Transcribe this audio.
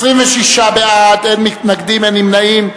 26 בעד, אין מתנגדים, אין נמנעים.